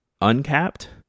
Uncapped